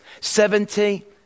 Seventy